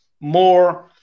more